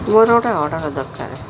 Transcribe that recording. ମୋର ଗୋଟେ ଅର୍ଡ଼ର ଦରକାର